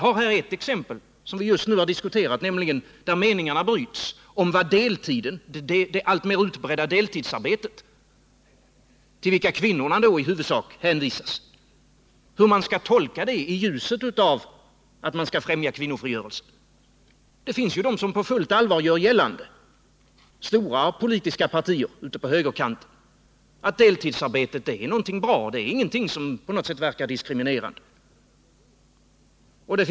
Vi har just diskuterat ett exempel där meningarna bryts, nämligen det alltmer utbredda deltidsarbetet till vilket i huvudsak kvinnor hänvisas. Hur skall man tolka detta i ljuset av att man skall främja kvinnofrigörelsen? Det finns ju de som på fullt allvar gör gällande — stora politiska partier på högerkanten — att deltidsarbete är bra och inte på något sätt verkar diskriminerande.